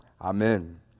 Amen